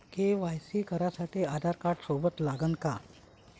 KYC करासाठी आधारकार्ड सोबत लागनच का?